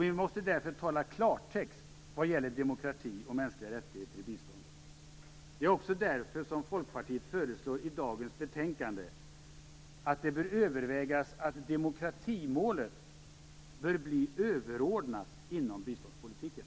Vi måste därför tala klartext vad gäller demokrati och mänskliga rättigheter i biståndet. Det är också därför som Folkpartiet i dagens betänkande föreslår att det bör övervägas om demokratimålet bör bli överordnat inom biståndspolitiken.